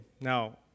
Now